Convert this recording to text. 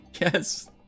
Yes